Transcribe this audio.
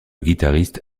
guitariste